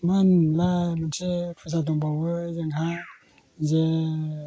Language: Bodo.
मा होनोमोनलाय मोनसे फुजा दंबावो जोंहा जे